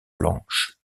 blanche